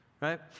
right